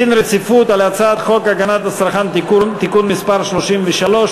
דין רציפות על הצעת חוק הגנת הצרכן (תיקון מס' 33),